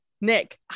nick